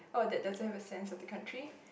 or that doesn't have a sense of the country